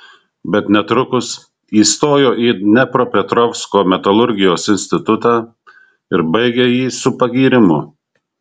bet netrukus įstojo į dniepropetrovsko metalurgijos institutą ir baigė jį su pagyrimu